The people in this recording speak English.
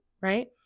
right